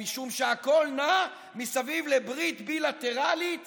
משום שהכול נע מסביב לברית בילטרלית